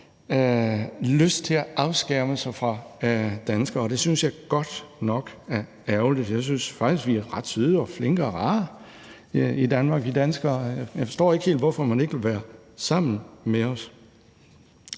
lyst til at afskærme sig fra danskere, og det synes jeg godt nok er ærgerligt, for jeg synes faktisk, vi danskere er ret søde og flinke og rare i Danmark, og jeg forstår ikke helt, hvorfor man ikke vil være sammen med os.